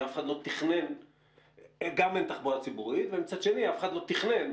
גם אין תחבורה ציבורית ומצד שני אף אחד לא תכנן